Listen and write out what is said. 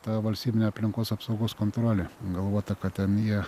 ta valstybinė aplinkos apsaugos kontrolė galvota kad ten jie